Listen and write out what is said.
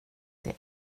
det